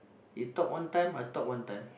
you talk one time I talk one time